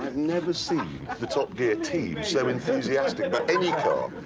never seen the top gear team so enthusiastic about any car.